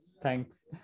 Thanks